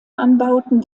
anbauten